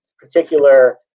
particular